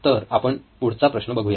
तर आपण पुढचा प्रश्न बघुयात